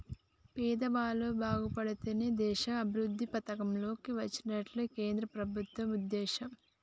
పేదవాళ్ళు బాగుపడితేనే దేశం అభివృద్ధి పథం లోకి వచ్చినట్లని కేంద్ర ప్రభుత్వం ఉద్దేశం